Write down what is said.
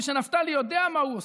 ושנפתלי יודע מה הוא עושה.